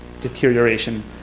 Deterioration